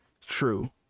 true